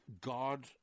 God